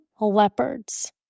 Leopards